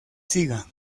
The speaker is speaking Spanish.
siga